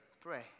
pray